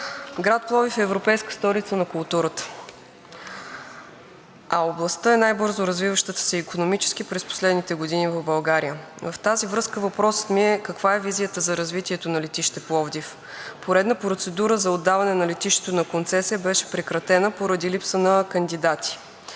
Град Пловдив е европейска столица на културата, а областта е най-бързо развиващата се икономически през последните години в България. В тази връзка въпросът ми е: каква е визията за развитието на летище Пловдив? Поредна процедура за отдаване на летището на концесия беше прекратена поради липса на кандидати.